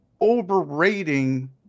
overrating